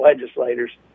legislators